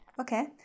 Okay